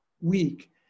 week